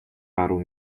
paru